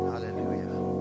hallelujah